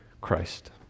Christ